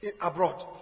abroad